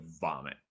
vomit